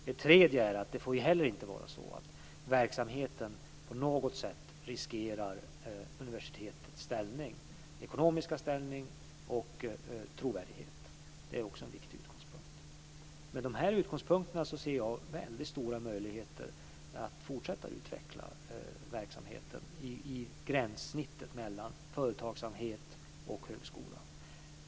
Det tredje är att verksamheten inte heller på något sätt får riskera universitetets ekonomiska ställning och trovärdighet. Det är också en viktig utgångspunkt. Med de här utgångspunkterna ser jag väldigt stora möjligheter att fortsätta att utveckla verksamheten i gränssnittet mellan företagsamhet och högskola.